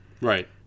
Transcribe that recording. Right